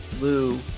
Lou